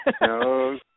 No